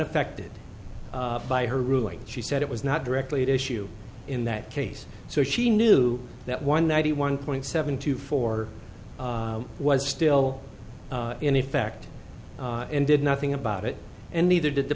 affected by her ruling she said it was not directly to issue in that case so she knew that one ninety one point seven two four was still in effect and did nothing about it and neither did the